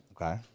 okay